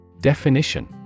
Definition